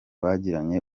bagiranye